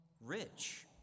rich